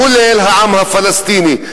כולל העם הפלסטיני.